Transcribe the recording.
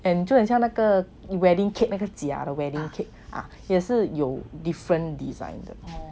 and 就很像那个 wedding cake 那个假 wedding cake ah 也是有 different design 的